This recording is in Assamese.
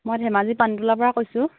মই ধেমাজিৰ পানীটোলাৰপৰা কৈছোঁ